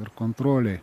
ir kontrolei